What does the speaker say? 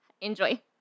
Enjoy